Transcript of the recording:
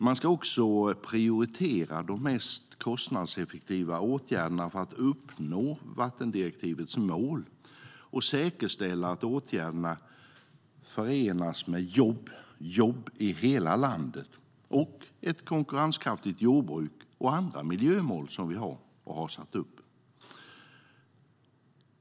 Man ska också prioritera de mest kostnadseffektiva åtgärderna för att uppnå vattendirektivets mål och säkerställa att åtgärderna förenas med jobb i hela landet samt ett konkurrenskraftigt jordbruk och andra miljömål vi har satt upp.